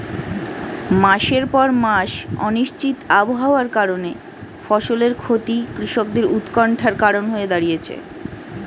মাসের পর মাস অনিশ্চিত আবহাওয়ার কারণে ফসলের ক্ষতি কৃষকদের উৎকন্ঠার কারণ হয়ে দাঁড়িয়েছে